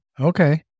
Okay